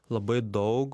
labai daug